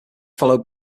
followed